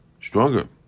Stronger